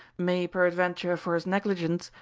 may, peradventure, for his negligence,